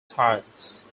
tiles